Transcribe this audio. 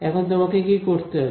এখন তোমাকে কি করতে হবে